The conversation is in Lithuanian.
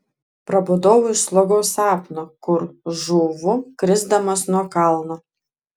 prabudau iš slogaus sapno kur žūvu krisdamas nuo kalno